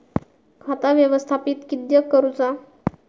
खाता व्यवस्थापित किद्यक करुचा?